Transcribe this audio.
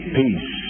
peace